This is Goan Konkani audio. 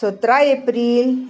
सतरा एप्रील